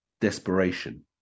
desperation